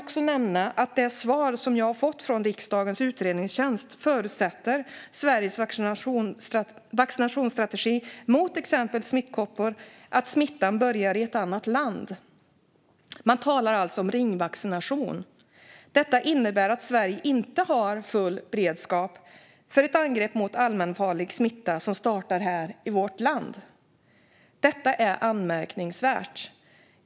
Enligt det svar som jag har fått från riksdagens utredningstjänst förutsätter Sveriges vaccinationsstrategi mot till exempel smittkoppor att smittan börjar i ett annat land. Man talar alltså om ringvaccination. Detta innebär att Sverige inte har full beredskap för ett angrepp med allmänfarlig smitta som startar här i vårt land. Detta är anmärkningsvärt.